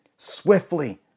swiftly